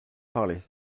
parler